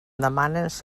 demanes